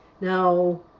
now